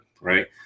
right